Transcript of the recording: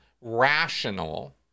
rational